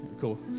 Cool